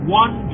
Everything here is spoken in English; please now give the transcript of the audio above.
one